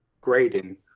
grading